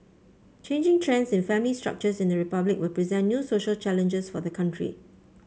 changing trends in family structures in the Republic will present new social challenges for the country